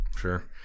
Sure